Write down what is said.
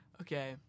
Okay